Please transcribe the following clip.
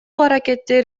аракеттер